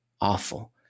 Awful